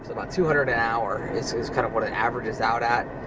about two hundred an hour is is kind of what it averages out at,